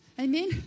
Amen